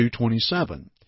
227